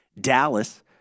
Dallas